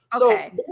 okay